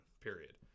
period